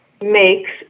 makes